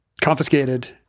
confiscated